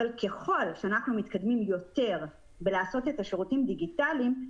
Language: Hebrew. אבל ככל שאנחנו מתקדמים יותר בלעשות את השירותים דיגיטליים,